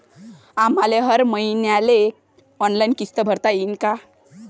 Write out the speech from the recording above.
आम्हाले हर मईन्याले ऑनलाईन किस्त भरता येईन का?